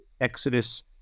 Exodus